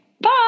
Bye